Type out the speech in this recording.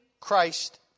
Christ